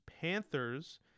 Panthers